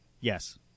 Yes